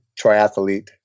triathlete